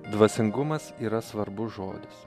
dvasingumas yra svarbus žodis